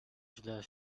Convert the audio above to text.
źle